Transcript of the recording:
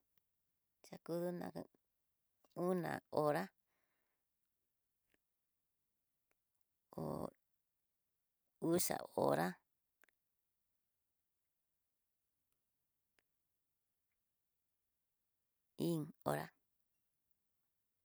Xakudula uná hora, ho uxa hora, íín hora.